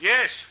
Yes